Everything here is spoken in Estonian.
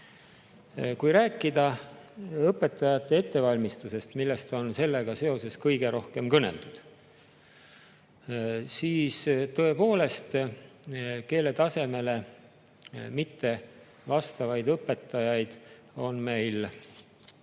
Kui rääkida õpetajate ettevalmistusest, millest on sellega seoses kõige rohkem kõneldud, siis tõepoolest, keeletasemele mitte vastavaid õpetajaid on meil praegu